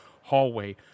hallway